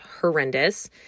horrendous